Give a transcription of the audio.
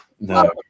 No